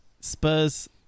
Spurs